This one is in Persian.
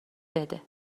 بده